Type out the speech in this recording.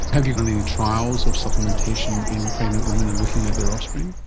have you done any trials of supplementation in pregnant women and looking at their offspring?